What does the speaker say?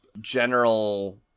general